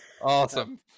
awesome